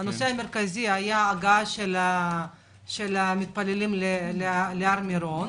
הנושא המרכזי היה הגעת המתפללים להר מירון.